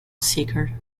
seeker